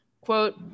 Quote